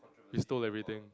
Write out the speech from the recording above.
he stole everything